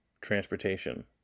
transportation